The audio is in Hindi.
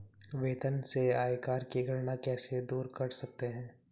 वेतन से आयकर की गणना कैसे दूर कर सकते है?